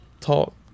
talk